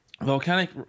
Volcanic